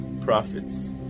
prophets